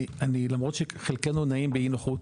למרות שחלקנו נעים באי נוחות,